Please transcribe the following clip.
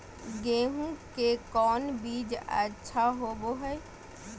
गेंहू के कौन बीज अच्छा होबो हाय?